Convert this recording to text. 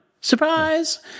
Surprise